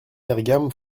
bergam